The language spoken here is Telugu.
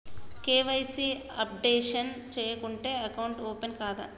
కే.వై.సీ అప్డేషన్ చేయకుంటే అకౌంట్ ఓపెన్ కాదా?